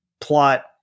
plot